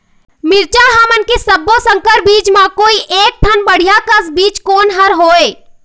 मिरचा हमन के सब्बो संकर बीज म कोई एक ठन बढ़िया कस बीज कोन हर होए?